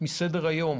מסדר-היום